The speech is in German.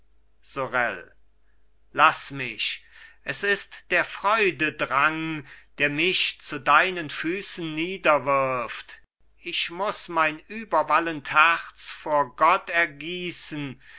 sorel laß mich es ist der freude drang der mich zu deinen füßen niederwirft ich muß mein überwallend herz vor gott ergießen